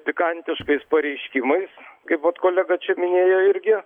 pikantiškais pareiškimais kaip vat kolega čia minėjo irgi